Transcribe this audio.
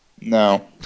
No